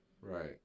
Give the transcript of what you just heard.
Right